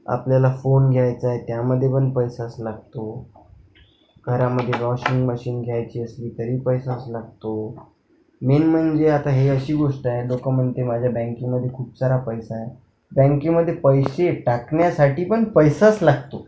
आपल्याला फोन घ्यायचा आहे त्यामध्ये पण पैसाच लागतो घरामध्ये वॉशिंग मशीन घ्यायची असली तरी पैसाच लागतो मेन म्हणजे आता हे अशी गोष्ट आहे लोक म्हणते माझ्या बँकेमध्ये खूप सारा पैसा आहे बँकेमध्ये पैसे टाकण्यासाठी पण पैसाच लागतो